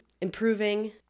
improving